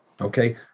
Okay